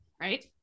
right